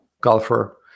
golfer